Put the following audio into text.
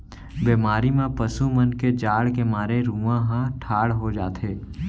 बेमारी म पसु मन के जाड़ के मारे रूआं ह ठाड़ हो जाथे